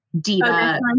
Diva